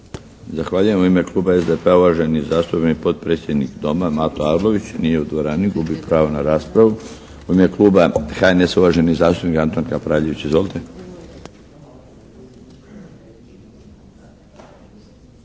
Zahvaljujem. U ime Kluba SDP-a uvaženi zastupnik potpredsjednik Doma Mato Arlović. Nije u dvorani. Gubi pravo na raspravu. U ime Kluba HNS-a uvaženi zastupnik Antun Kapraljević. Izvolite.